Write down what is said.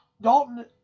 Dalton